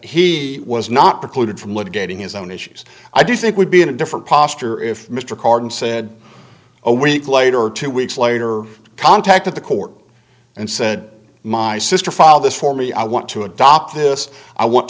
he was not precluded from litigating his own issues i do think we'd be in a different posture if mr carden said a week later two weeks later contacted the court and said my sister filed this for me i want to adopt this i want